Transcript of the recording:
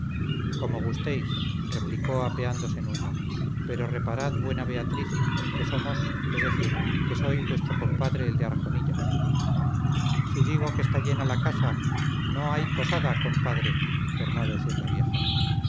como gustéis replicó apeándose nuño pero reparad buena beatriz que somos es decir que soy vuestro compadre el de arjonilla si digo que está llena la casa no hay posada compadre tornó a decir la vieja